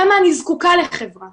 כמה אני זקוקה לחברה